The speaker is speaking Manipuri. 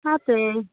ꯍꯥꯞꯇꯦ